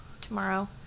tomorrow